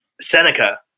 Seneca